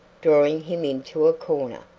drawing him into a corner.